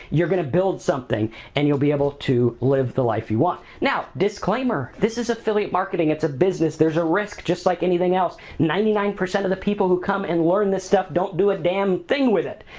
you're gonna build something and you'll be able to live the life you want, now, disclaimer, this is affiliate marketing, it's a business, there's a risk just like anything else. ninety nine percent of the people who come and learn this stuff don't do a damn thing with it.